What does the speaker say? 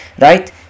right